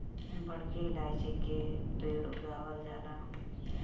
बड़की इलायची के पेड़ उगावल जाला